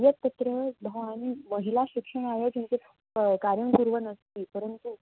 ये तत्र भवान् महिलाशिक्षणाय किञ्चित् कार्यं कुर्वन् अस्ति परन्तु